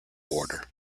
order